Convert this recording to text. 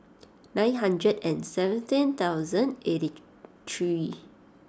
nine hundred and seventeen thousand eighty three